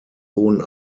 hohen